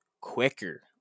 quicker